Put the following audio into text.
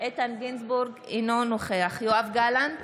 אינו נוכח יואב גלנט,